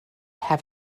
have